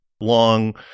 long